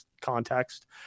context